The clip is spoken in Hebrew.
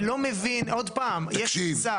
אני לא מבין, עוד פעם --- תקשיב.